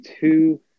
two